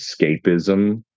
escapism